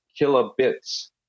kilobits